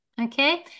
okay